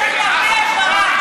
זאת שערורייה, מה שהוא אמר.